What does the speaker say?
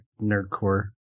nerdcore